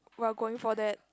we're going for that